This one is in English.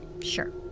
Sure